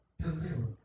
deliver